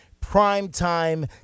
prime-time